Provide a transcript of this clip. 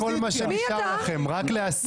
זה כל מה שנשאר לכם, רק להסית.